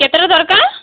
କେତେଟା ଦରକାର